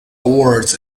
awards